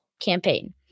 campaign